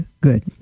Good